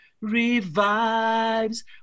revives